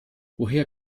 woher